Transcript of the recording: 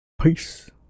peace